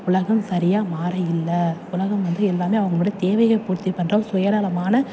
உலகம் சரியாக மாற இல்லை உலகம் வந்து எல்லாம் அவங்களோட தேவையை பூர்த்தி பண்ணுற சுயநலமான